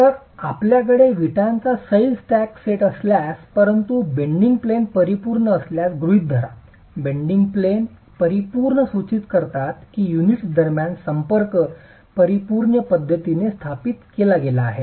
तर आपल्याकडे विटांचा सैल स्टॅक सेट असल्यास परंतु बेडिंग प्लेन परिपूर्ण असल्याचे गृहीत धरा बेडिंग प्लेन हे परिपूर्ण सूचित करतात की युनिट्स दरम्यान संपर्क परिपूर्ण पद्धतीने स्थापित केला गेला आहे